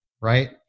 right